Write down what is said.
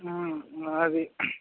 అది